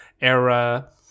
era